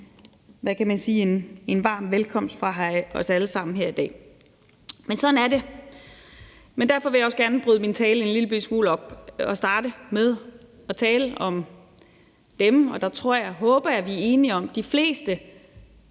en varm velkomst fra os alle sammen her i dag. Men sådan er det. Men derfor vil jeg også gerne bryde min tale en lillebitte smule op og starte med at tale om dem, og der tror jeg og håber jeg, vi enige om, at de fleste,